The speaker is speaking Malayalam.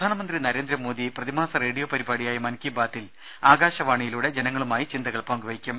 പ്രധാനമന്ത്രി നരേന്ദ്രമോദി പ്രതിമാസ റേഡിയോ പരിപാടിയായ മൻ കി ബാതിൽ ആകാശവാണിയിലൂടെ ജനങ്ങളുമായി ചിന്തകൾ പങ്കുവെക്കും